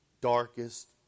darkest